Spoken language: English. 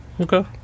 Okay